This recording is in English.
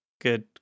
good